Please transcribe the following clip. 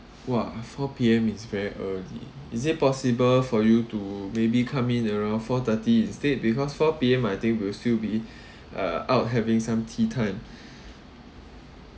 !wah! four P_M is very early is it possible for you to maybe come in around four thirty instead because four P_M I think we will still be uh out having some teatime